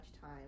time